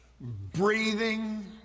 breathing